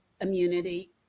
immunity